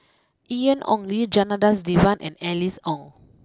Ian Ong Li Janadas Devan and Alice Ong